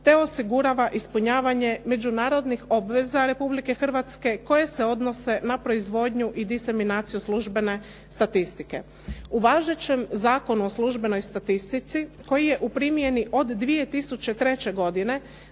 te osigurava ispunjavanje međunarodnih obveza Republike Hrvatske koje se odnose na proizvodnju i diseminaciju službene statistike. U važećem Zakonu o službenoj statistici koji je u primjeni od 2003. godine